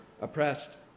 oppressed